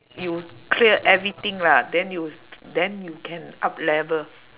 you clear everything lah then you then you can up level